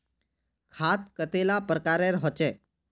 खाद कतेला प्रकारेर होचे?